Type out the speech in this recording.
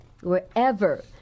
wherever